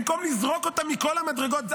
במקום לזרוק אותה מכל המדרגות,